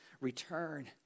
return